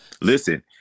listen